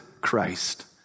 Christ